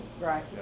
Right